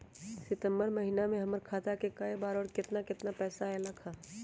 सितम्बर महीना में हमर खाता पर कय बार बार और केतना केतना पैसा अयलक ह?